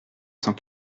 cent